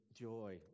joy